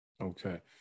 okay